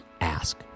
ask